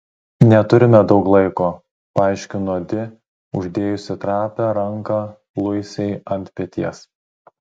neturime daug laiko paaiškino di uždėjusi trapią ranką liusei ant peties